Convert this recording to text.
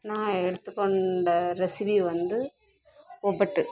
நான் எடுத்துக்கொண்ட ரெசிபி வந்து ஒப்பட்டு